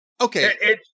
okay